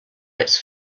its